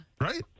Right